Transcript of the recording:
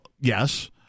yes